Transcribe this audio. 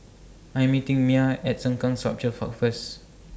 I'm meeting Myah At Sengkang Sculpture Park First